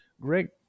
Greg